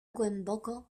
głęboko